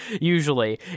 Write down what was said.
usually